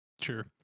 sure